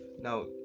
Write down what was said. now